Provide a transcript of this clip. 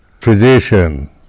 tradition